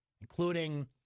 including